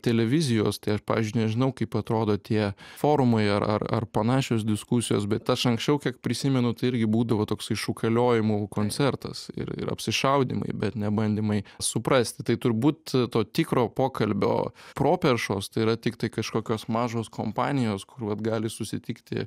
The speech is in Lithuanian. televizijos aš pažiui nežinau kaip atrodo tie forumai ar ar ar panašios diskusijos bet aš anksčiau kiek prisimenu tai irgi būdavo toksai šūkaliojimų koncertas ir ir apsišaudymai bet ne bandymai suprasti tai turbūt to tikro pokalbio properšos tai yra tiktai kažkokios mažos kompanijos kur vat gali susitikti